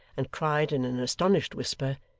and cried in an astonished whisper,